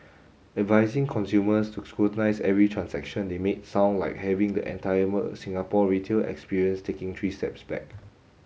advising consumers to scrutinise every transaction they make sound like having the entire Singapore retail experience take three steps back